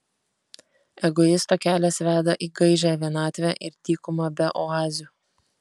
egoisto kelias veda į gaižią vienatvę ir dykumą be oazių